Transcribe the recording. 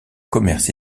commerce